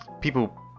people